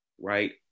right